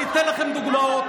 אני אתן לכם דוגמאות.